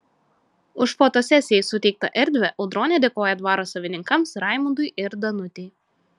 už fotosesijai suteiktą erdvę audronė dėkoja dvaro savininkams raimundui ir danutei